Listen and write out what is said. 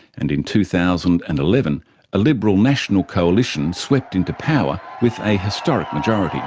and in two thousand and eleven a liberal national coalition swept into power with a historic majority.